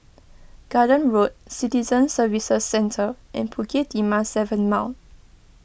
Garden Road Citizen Services Centre and Bukit Timah seven Mile